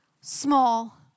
small